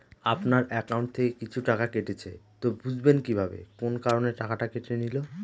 আপনার একাউন্ট থেকে কিছু টাকা কেটেছে তো বুঝবেন কিভাবে কোন কারণে টাকাটা কেটে নিল?